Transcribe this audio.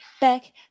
back